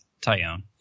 Tyone